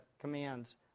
commands